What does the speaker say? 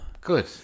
Good